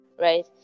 Right